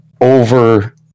over